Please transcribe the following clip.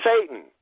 Satan